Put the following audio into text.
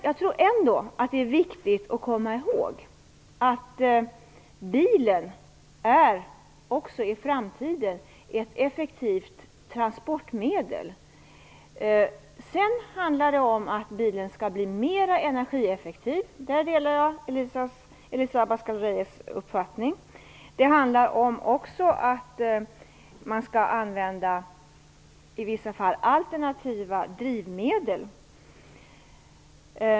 Jag tror ändå att det är viktigt att komma ihåg att bilen också i framtiden kommer att vara ett effektivt transportmedel. Och bilen skall bli mer energieffektiv - där delar jag Elisa Abascal Reyes uppfattning. Det handlar också om att man i vissa fall skall använda alternativa drivmedel.